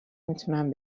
میتونم